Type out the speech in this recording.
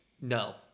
No